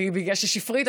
בגלל ששפרית,